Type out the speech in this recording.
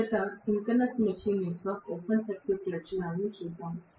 మొదట synchronous machine యొక్క open circuit లక్షణాలను చూద్దాం